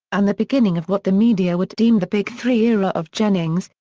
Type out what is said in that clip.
and the beginning of what the media would deem the big three era of jennings,